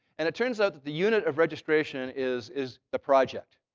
and it turns out that the unit of registration is is the project.